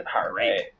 Alright